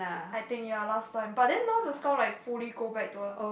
I think ya last time but then now the skull like fully go back to a